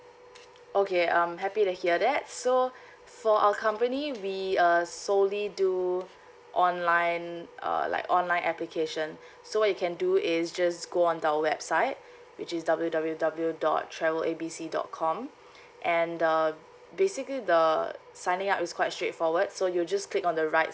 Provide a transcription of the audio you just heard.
okay um happy to hear that so for our company we uh solely do online uh like online application so what you can do is just go on to our website which is W_W_W dot travel A B C dot com and uh basically the signing up is quite straightforward so you just click on the right